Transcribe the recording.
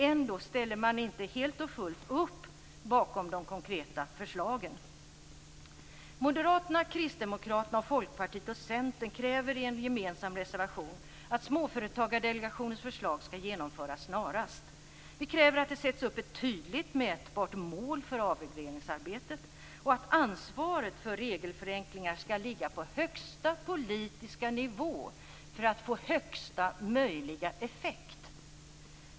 Ändå ställer man inte helt och fullt upp bakom de konkreta förslagen. Centern kräver i en gemensam reservation att Småföretagsdelegationens förslag snarast skall genomföras. Vi kräver att det sätts upp ett tydligt mätbart mål för avregleringsarbetet och att ansvaret för regelförenklingar skall ligga på högsta politiska nivå för att få högsta möjliga effekt.